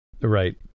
Right